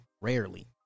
Rarely